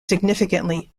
significantly